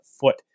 foot